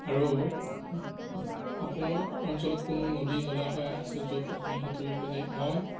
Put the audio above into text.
আৰু আপোনাৰ অঞ্চলত কোনো নদী জলাশয় আছে য'ত আপুনি সাঁতুৰিবলৈ যায় মই